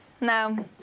No